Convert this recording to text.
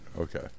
Okay